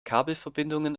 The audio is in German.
kabelverbindungen